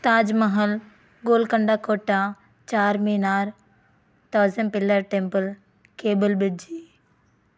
తాజ్మహల్ గోల్కొండ కోట Charminar thousand pillar temple cable bridge